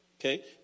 Okay